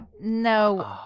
No